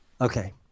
Okay